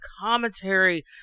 commentary